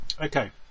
Okay